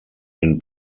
den